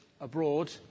abroad